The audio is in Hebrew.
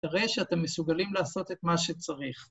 תראה שאתם מסוגלים לעשות את מה שצריך.